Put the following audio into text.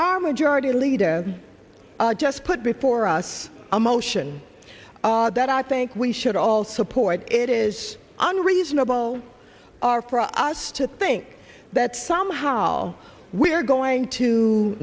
are majority leader just put before us a motion that i think we should all support it is unreasonable are for us to think that somehow we are going to